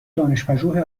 دانشپژوه